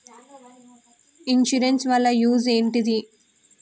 Insurance వాళ్ల use ఏంటిది?